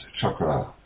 chakra